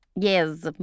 Yes